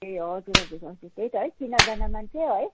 ए हजुर हजुर हजुर त्यही त है चिनाजाना मान्छे है